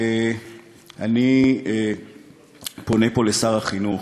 אני פונה פה לשר החינוך: